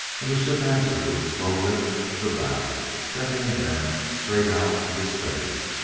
and the ship answered with a slow lift of the bow that aimed them straight out into space.